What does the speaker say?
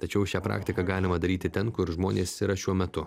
tačiau šią praktiką galima daryti ten kur žmonės yra šiuo metu